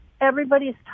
everybody's